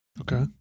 Okay